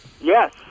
Yes